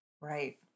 Right